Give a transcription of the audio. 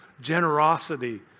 generosity